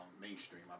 mainstream